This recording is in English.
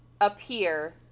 appear